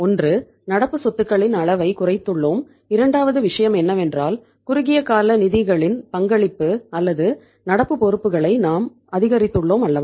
ஒன்று நடப்பு சொத்துக்களின் அளவைக் குறைத்துள்ளோம் இரண்டாவது விஷயம் என்னவென்றால் குறுகிய கால நிதிகளின் பங்களிப்பு அல்லது நடப்பு பொறுப்புகளை நாம் அதிகரித்துள்ளோம் அல்லவா